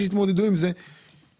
שיתמודדו עם מה שיש להם.